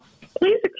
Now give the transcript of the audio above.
Please